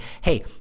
hey